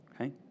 okay